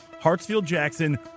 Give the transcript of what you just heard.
Hartsfield-Jackson